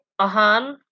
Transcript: Ahan